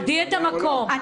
כבדי את המקום הזה.